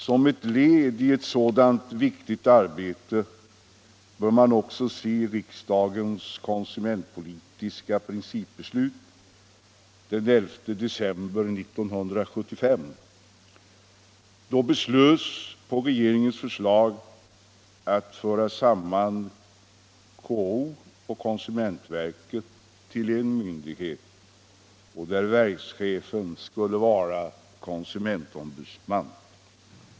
Som ett led i ett sådant viktigt arbete bör man också se riksdagens konsumentpolitiska principbeslut den 11 december 1975. Då beslöts på regeringens förslag att KO och konsumentverket skulle föras samman till en myndighet, där verkschefen skulle vara konsumentombudsman.